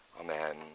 Amen